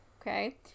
okay